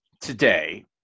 today